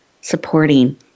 supporting